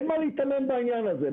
אין מה להיתמם בעניין הזה.